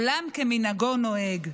עולם כמנהגו נוהג,